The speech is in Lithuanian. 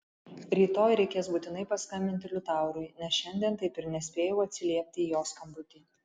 rytoj reikės būtinai paskambinti liutaurui nes šiandien taip ir nespėjau atsiliepti į jo skambutį